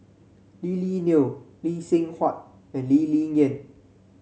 Lily Neo Lee Seng Huat and Lee Ling Yen